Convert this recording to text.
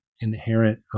inherent